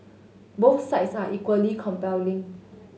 both sides are equally compelling